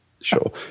sure